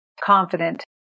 confident